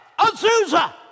Azusa